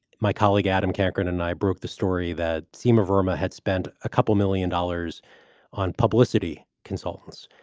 my colleague adam cameron and i broke the story that seamer burma had spent a couple million dollars on publicity consultants.